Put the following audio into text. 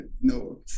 No